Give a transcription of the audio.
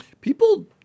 People